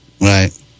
Right